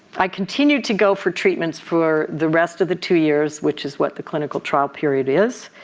i continued to go for treatments for the rest of the two years which is what the clinical trial period is